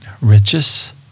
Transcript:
riches